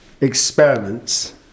experiments